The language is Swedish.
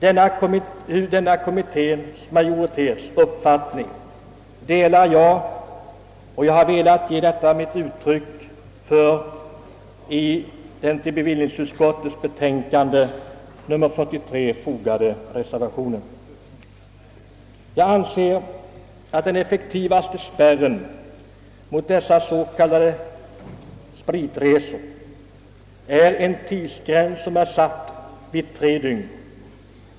Denna kommittés uppfattning delar jag, och jag har velat ge uttryck för denna uppfattning i den till bevillningsutskottets betänkande nr 43 fogade reservationen. Jag anser att den effektivaste spärren mot dessa s.k. spritresor är en tidsgräns som är satt vid tre dygn.